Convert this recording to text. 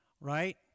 right